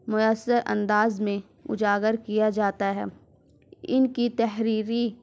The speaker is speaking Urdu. مؤثر انداز میں اجاگر کیا جاتا ہے ان کی تحریریں